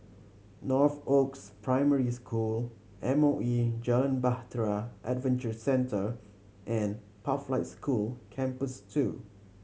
Northoaks Primary School M O E Jalan Bahtera Adventure Centre and Pathlight School Campus Two